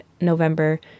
November